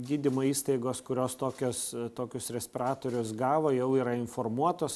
gydymo įstaigos kurios tokias tokius respiratorius gavo jau yra informuotos